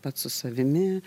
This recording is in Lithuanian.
pats su savimi